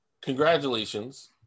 congratulations